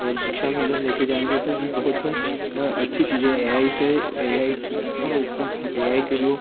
और शिक्षा में अगर ले कर जाएंगे तो यह बहुत अच्छी चीज़ें है ए आई से ए आई का ए आई के जो